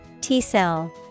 T-cell